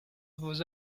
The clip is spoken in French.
vos